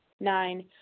Nine